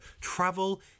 travel